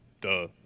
duh